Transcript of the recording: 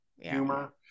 humor